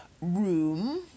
room